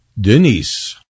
Denise